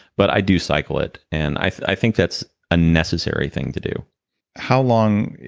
but i do cycle it, and i i think that's a necessary thing to do how long,